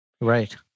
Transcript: Right